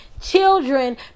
children